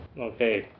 Okay